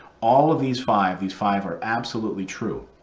all of these five, these five are absolutely true.